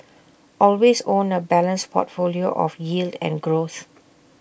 always own A balanced portfolio of yield and growth